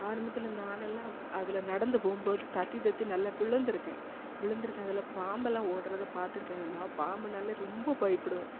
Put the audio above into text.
ஆரம்பத்தில் நான் எல்லாம் அதில் நடந்து போகும்போது தத்தி தத்தி நல்லா விழுந்து இருக்கேன் விழுந்துருக்கேன் அதில் பாம்பெல்லாம் ஓட்றதை பார்த்துருக்கேன் நான் பாம்புனாலே ரொம்ப பயப்புடுவேன்